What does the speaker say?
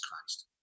Christ